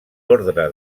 ordre